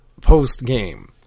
post-game